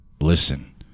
listen